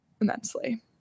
immensely